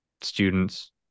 students